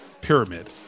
Pyramid